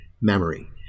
memory